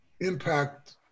impact